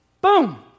boom